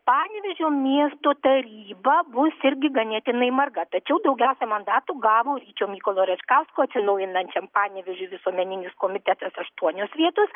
panevėžio miesto taryba bus irgi ganėtinai marga tačiau daugiausia mandatų gavo ryčio mykolo račkausko atsinaujinančiam panevėžiui visuomeninis komitetas aštuonios vietos